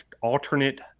alternate